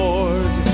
Lord